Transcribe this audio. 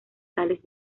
sales